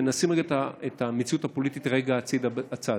ונשים את המציאות הפוליטית רגע בצד.